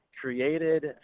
created